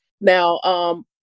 Now